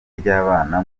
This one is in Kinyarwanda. ry’abana